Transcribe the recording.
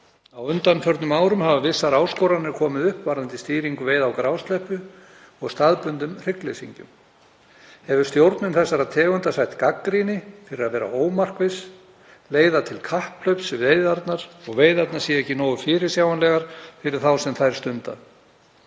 Á undanförnum árum hafa vissar áskoranir komið upp varðandi stýringu veiða á grásleppu og staðbundnum hryggleysingjum og hefur stjórnun þessara tegunda sætt gagnrýni fyrir að vera ómarkviss og leiða til kapphlaups, að veiðarnar séu ekki nógu fyrirsjáanlegar fyrir þá sem þær stunda.